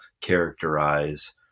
characterize